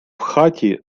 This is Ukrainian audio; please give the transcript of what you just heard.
хаті